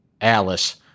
Alice